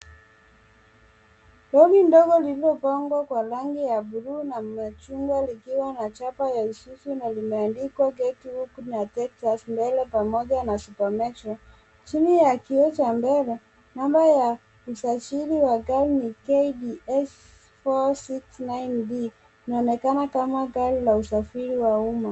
Lori ndogo lililopambwa kwa rangi ya buluu na machungwa likiwa na chapa ya isuzu na limeandikwa ketluk na texas mbele pamoja na supermetro . Chini ya kioo cha mbele namba ya usajili wa gari ni kds 469 D linaonekana kama gari la usafiri wa umma.